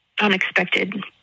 unexpected